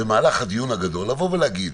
במהלך הדיון הגדול להגיד,